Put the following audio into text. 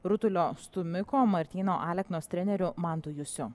rutulio stūmiko martyno aleknos treneriu mantu jusiu